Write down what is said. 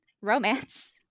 romance